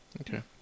Okay